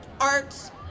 arts